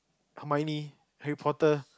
Hermoine Harry-Potter